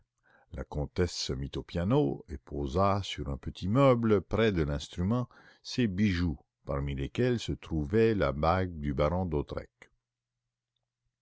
la comtesse se mit au piano et posa sur un petit meuble près de l'instrument ses bijoux parmi lesquels se trouvait la bague du baron d'hautois